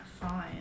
fine